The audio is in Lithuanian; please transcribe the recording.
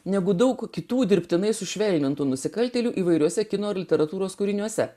negu daug kitų dirbtinai sušvelnintų nusikaltėlių įvairiuose kino literatūros kūriniuose